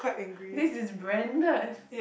this is branded